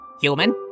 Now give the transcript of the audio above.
Human